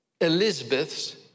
Elizabeths